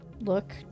look